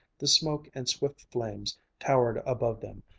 the smoke and swift flames towered above them,